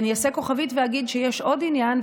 אני אעשה כוכבית ואגיד שיש עוד עניין,